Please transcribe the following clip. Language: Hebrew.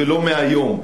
ולא מהיום.